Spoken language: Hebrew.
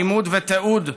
לימוד ותיעוד.